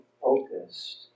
focused